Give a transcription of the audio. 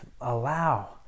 allow